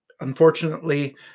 unfortunately